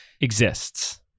exists